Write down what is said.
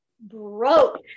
broke